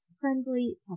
friendly